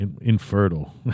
infertile